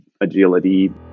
agility